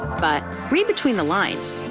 but read between the lines.